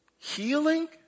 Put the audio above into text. healing